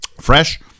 fresh